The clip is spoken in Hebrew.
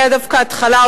זה היה דווקא התחלה,